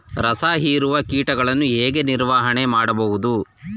ರಸ ಹೀರುವ ಕೀಟಗಳನ್ನು ಹೇಗೆ ನಿರ್ವಹಣೆ ಮಾಡಬಹುದು?